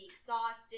exhausted